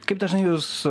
kaip dažnai jūs